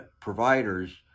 providers